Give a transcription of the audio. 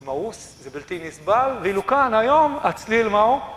מאוס, זה בלתי נסבל, ואילו כאן היום, הצליל מהו?